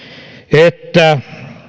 että